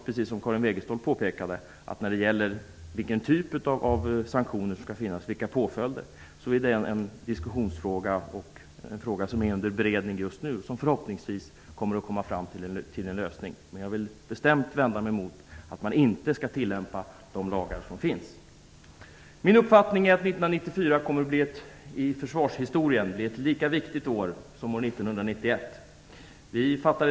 Precis som Karin Wegestål påpekade är det en diskussionsfråga vilken typ av sanktioner och påföljder som skall finnas, en fråga som är under beredning just nu. Förhoppningsvis kommer man fram till en lösning där. Jag vill bestämt vända mig mot att man inte skall tillämpa de lagar som finns. Min uppfattning är att år 1994 i försvarshistorien kommer att bli ett lika viktigt år som år 1901.